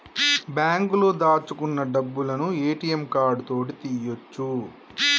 బాంకులో దాచుకున్న డబ్బులను ఏ.టి.యం కార్డు తోటి తీయ్యొచు